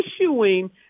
issuing